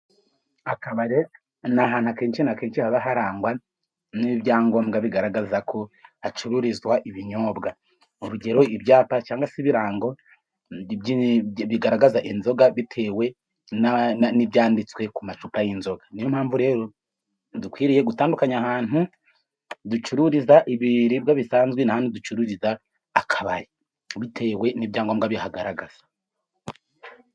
Akabare ni ahantu akenshi na kenshi haba harangwa n'ibyangombwa bigaragaza ko hacururizwa ibinyobwa, urugero ibyapa cyangwa se ibirango bigaragaza inzoga ,bitewe n'ibyanditswe ku macupa y'inzoga ,ni yo mpamvu rero dukwiriye gutandukanya ahantu ducururiza ibiribwa bisanzwe, naho ducururiza akabari bitewe n'ibyangombwa bihagaragaza.